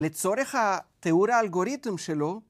לצורך התיאור האלגוריתם שלו.